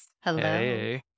Hello